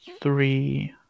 three